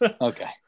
okay